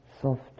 soft